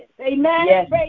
Amen